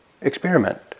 experiment